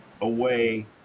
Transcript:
away